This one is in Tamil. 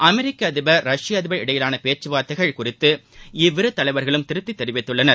அமெரிக்க அதிபர் ரஷ்ய அதிபர் இடையேயாள பேக்கவார்த்தைகள் குறித்து இவ்விரு தலைவர்களும் திருப்தி தெரிவித்துள்ளனர்